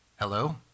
Hello